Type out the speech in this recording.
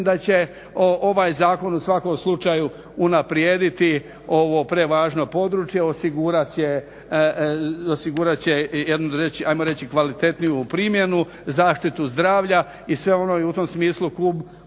da će ovaj zakon u svakom slučaju unaprijediti ovo prevažno područje, osigurat će hajmo reći kvalitetniju primjenu, zaštitu zdravlja i sve ono u tom smislu klub